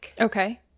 Okay